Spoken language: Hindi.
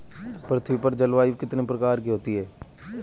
पृथ्वी पर जलवायु कितने प्रकार की होती है?